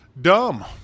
dumb